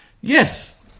Yes